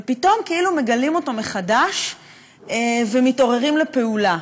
ופתאום כאילו מגלים אותו מחדש ומתעוררים לפעולה.